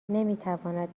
نمیتواند